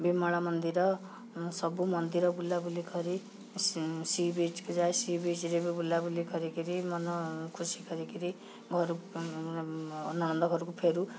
ବିମଳା ମନ୍ଦିର ସବୁ ମନ୍ଦିର ବୁଲାବୁଲି କରି ସି ବିଚ୍କୁ ଯାଏ ସି ବିଚ୍ରେ ବି ବୁଲାବୁଲି କରିକିରି ମନ ଖୁସି କରିକିରି ଘରକୁ ନଣନ୍ଦ ଘରକୁ ଫେରୁ